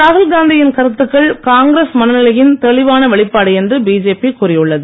ராகுல் காந்தியின் கருத்துக்கள் காங்கிரஸ் மனநிலையின் தெளிவான வெளிப்பாடு என்று பிஜேபி கூறியுள்ளது